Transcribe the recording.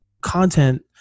content